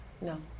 no